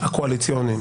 הסיכומים הקואליציוניים,